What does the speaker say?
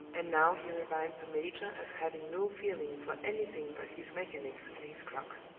and now he reviled the major as having no feeling for anything but his mechanics and his clock.